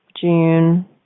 June